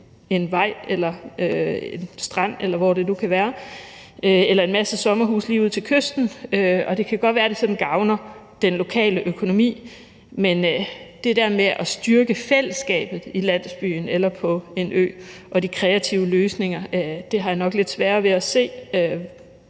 en vej eller en strand, eller hvor det nu kan være, eller en masse sommerhuse lige ud til kysten, sådan gavner den lokale økonomi. Men det der med at styrke fællesskabet i landsbyen eller på en ø og styrke de kreative løsninger, har jeg nok lidt sværere ved at se